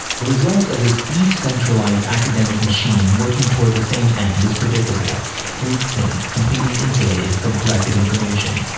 the result of this decentralized academic machine working toward the same end is predictable groupthink completely insulated from corrective information.